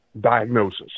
diagnosis